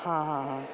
हां हां हां